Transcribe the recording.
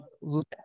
let